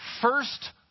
first